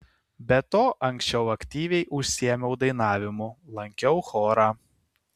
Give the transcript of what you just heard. be to anksčiau aktyviai užsiėmiau dainavimu lankiau chorą